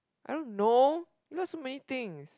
I don't know because so many things